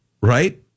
Right